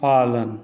पालन